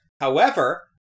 However-